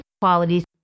qualities